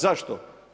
Zašto?